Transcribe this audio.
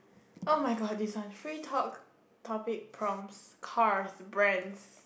oh-my-god this one free talk topic proms cars' brands